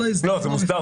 זה מוסדר.